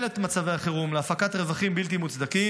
מצבי החירום להפקת רווחים בלתי מוצדקים,